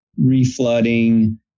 reflooding